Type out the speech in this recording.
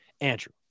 Andrew